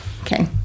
Okay